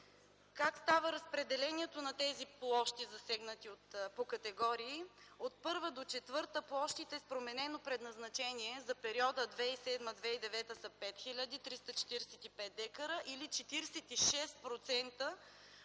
Как става разпределението на тези площи по категории? От първа до четвърта категория площите с променено предназначение за периода 2007-2009 г. са 5345 дка, или 46%